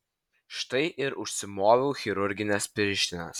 štai ir užsimoviau chirurgines pirštines